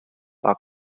are